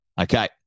Okay